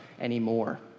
anymore